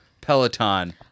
Peloton